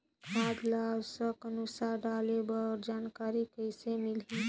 खाद ल आवश्यकता अनुसार डाले बर जानकारी कइसे मिलही?